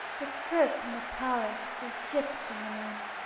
the kirk and the palace, the ships and the men,